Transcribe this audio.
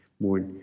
more